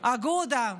אגודה,